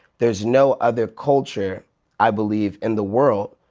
there's no other culture i believe in the world,